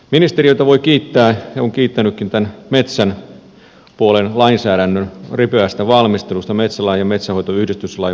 ministeriötä voi kiittää ja olen kiittänytkin tämän metsäpuolen lainsäädännön ripeästä valmistelusta metsälain ja metsänhoitoyhdistyslain valmistelusta